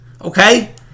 Okay